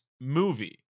movie